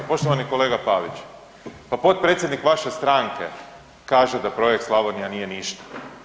Poštovani kolega Pavić, pa potpredsjednik vaše stranke kaže da projekt Slavonija nije ništa.